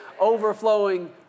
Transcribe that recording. overflowing